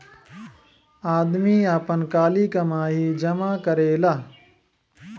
आदमी आपन काली कमाई जमा करेला